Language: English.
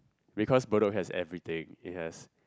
because Bedok has everything it has